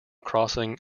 crossing